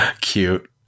Cute